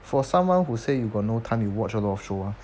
for someone who say you got no time you watch a lot of show uh